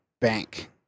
bank